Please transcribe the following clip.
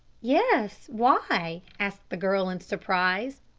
yes, why? asked the girl in surprise.